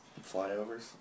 flyovers